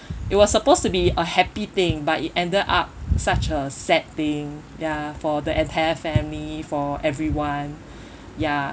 it was supposed to be a happy thing but it ended up such a sad thing ya for the entire family for everyone ya